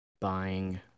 buying